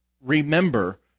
remember